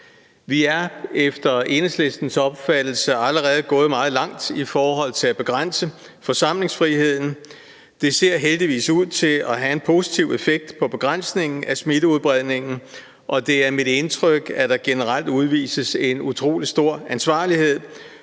Vi er efter Enhedslistens opfattelse allerede gået meget langt i forhold til at begrænse forsamlingsfriheden. Det ser heldigvis ud til at have en positiv effekt på begrænsningen af smitteudbredelsen, og det er mit indtryk, at der generelt udvises en utrolig stor ansvarlighed.